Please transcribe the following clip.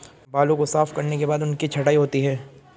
बालों को साफ करने के बाद उनकी छँटाई होती है